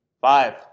Five